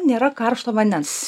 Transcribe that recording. nėra karšto vandens